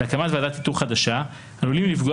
והקמת ועדת איתור חדשה עלולים לפגוע